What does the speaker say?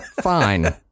fine